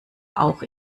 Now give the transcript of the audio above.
auch